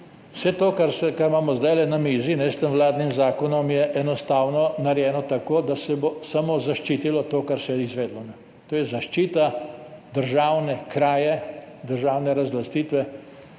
Vse to, kar imamo zdaj na mizi s tem vladnim zakonom, je enostavno narejeno tako, da se bo samo zaščitilo to, kar se je izvedlo, to je zaščita državne kraje, državne razlastitve,